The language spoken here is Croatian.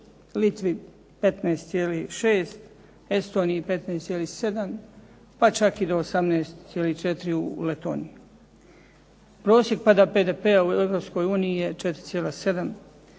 Litvi 15,6, Estoniji 15,7 pa čak i 18,4 u Letoniji. Prosjek pada BDP-a u Europskoj